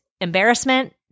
embarrassment